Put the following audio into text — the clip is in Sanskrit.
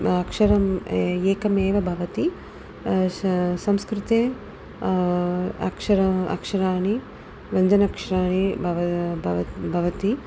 अक्षरम् एकमेव भवति श संस्कृते अक्षर अक्षराणि व्यञ्जनाक्षराणि भवति भवति भवति